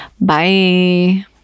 Bye